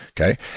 okay